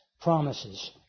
promises